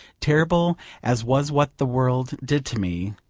terrible as was what the world did to me,